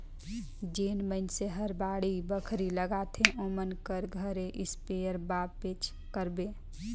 जेन मइनसे हर बाड़ी बखरी लगाथे ओमन कर घरे इस्पेयर पाबेच करबे